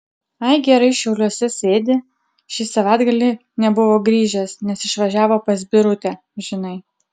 ai gerai šiauliuose sėdi šį savaitgalį nebuvo grįžęs nes išvažiavo pas birutę žinai